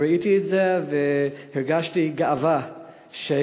אני ראיתי את זה והרגשתי גאווה שהגענו